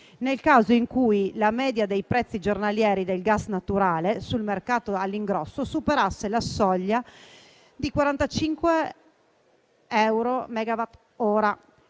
nel caso in cui la media dei prezzi giornalieri del gas naturale sul mercato all'ingrosso superasse la soglia di 45 euro megawattora.